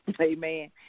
Amen